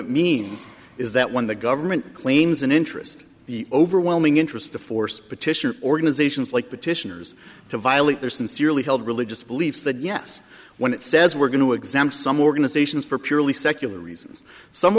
it means is that when the government claims an interest the overwhelming interest to force petitioner organizations like petitioners to violate their sincerely held religious beliefs that yes when it says we're going to exempt some organizations for purely secular reasons some